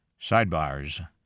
Sidebars